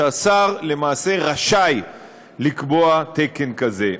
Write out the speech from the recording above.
שבו השר למעשה רשאי לקבוע תקן כזה.